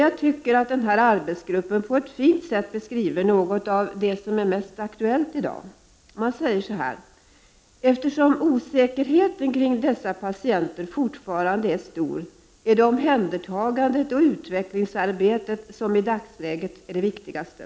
Jag tycker att den här arbetsgruppen på ett fint sätt beskriver något av det som i dag är mest aktuellt: ”Eftersom osä kerheten kring dessa patienter fortfarande är stor är det omhändertagandet = Prot. 1989/90:26 och utvecklingsarbetet som i dagsläget är det viktigaste.